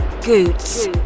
Goots